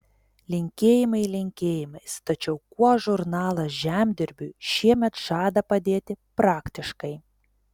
linkėjimai linkėjimais tačiau kuo žurnalas žemdirbiui šiemet žada padėti praktiškai